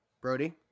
Brody